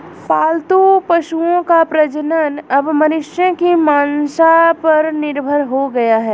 पालतू पशुओं का प्रजनन अब मनुष्यों की मंसा पर निर्भर हो गया है